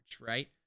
right